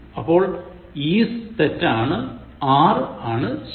അപ്പോൾ is തെറ്റാണ് are ആണ് ശരി